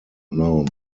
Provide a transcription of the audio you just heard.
known